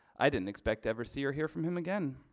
i didn't expect to ever see or hear from him again.